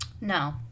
No